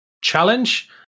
challenge